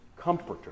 comforter